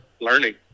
learning